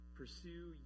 pursue